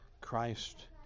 Christ